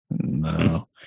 No